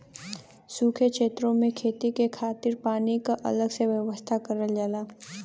सूखे छेतरो में खेती के खातिर पानी क अलग से व्यवस्था करल जाला